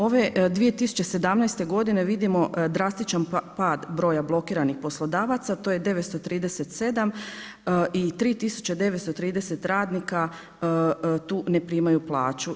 Ove 2017. godine vidimo drastičan pad broja blokiranih poslodavaca, to je 937 i 3930 radnika tu ne primaju plaću.